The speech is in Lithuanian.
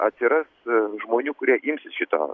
atsiras žmonių kurie imsis šito